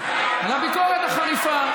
על הביקורת החריפה,